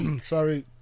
Sorry